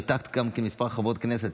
ריתקת גם כן כמה חברות כנסת,